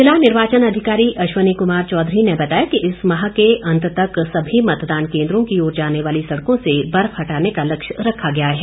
जिला निर्वाचन अधिकारी अश्वनी कमार चौधरी ने बताया कि इस माह के अंत तक सभी मतदान केन्द्रों की ओर जाने वाली सड़कों से बर्फ हटाने का लक्ष्य रखा गया है